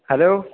hello